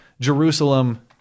jerusalem